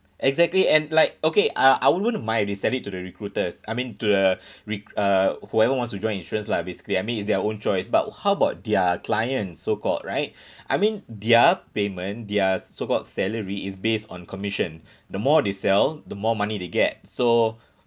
exactly and like okay uh I wouldn't mind if they sell it to the recruiters I mean to the re~ uh whoever wants to join insurance lah basically I mean it's their own choice but how about their client so called right I mean their payment their so called salary is based on commission the more they sell the more money they get so